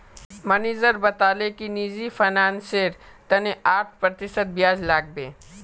manager बताले कि निजी फिनांसेर तने आठ प्रतिशत ब्याज लागबे